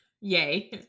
Yay